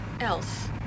else